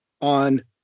on